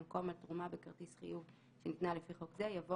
במקום "על תרומה בכרטיס חיוב שניתנה לפי חוק זה" יבוא